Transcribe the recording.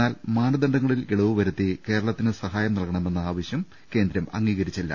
എന്നാൽ മാനദണ്ഡങ്ങളിൽ ഇളവ് വരുത്തി കേരളത്തിന് സഹായം നൽകണമെന്ന ആവശ്യം കേന്ദ്രം അംഗീകരിച്ചില്ല